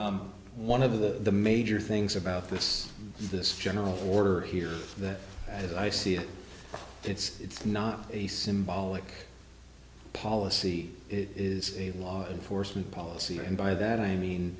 you're one of the major things about this this general order here that as i see it it's it's not a symbolic policy it is a law enforcement policy and by that i mean